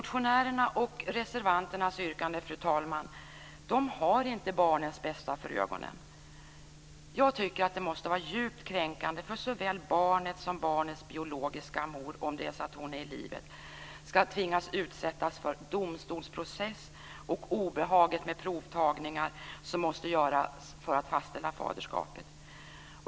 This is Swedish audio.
Motionärernas och reservanternas yrkande har inte barnens bästa för ögonen. Det måste vara djupt kränkande för såväl barnet som barnets biologiska mor, om hon är i livet, att utsättas för domstolsprocess och obehaget med provtagningar som måste göras för att fastställa faderskapet.